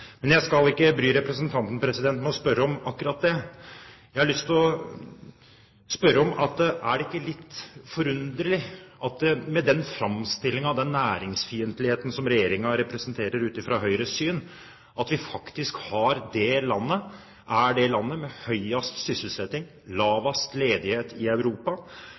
Men jeg skal ikke bry representanten med å spørre om akkurat det. Jeg har lyst til å spørre om: Med den framstillingen og den næringsfiendtligheten som regjeringen representerer, ut fra Høyres syn, er det ikke da litt underlig at vi faktisk er det landet som har høyest sysselsetting og lavest ledighet i Europa,